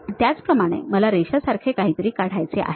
आता त्याचप्रमाणे मला रेषासारखे काहीतरी काढायचे आहे